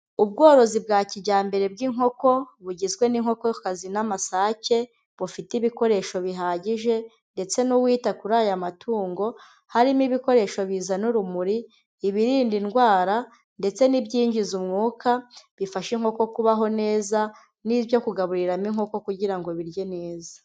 Ubworozi bwa kijyambere bw'inkoko bugizwe n'inkokokazi n'amasake, bufite ibikoresho bihagije, ndetse n'uwita kuri aya matungo. Harimo ibikoresho bizana urumuri, ibirinda indwara ndetse n'ibyinjiza umwuka, bifasha inkoko kubaho neza, n'ibyo kugaburiramo inkoko kugira ngo birye neza.